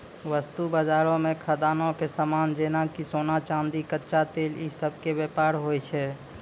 वस्तु बजारो मे खदानो के समान जेना कि सोना, चांदी, कच्चा तेल इ सभ के व्यापार होय छै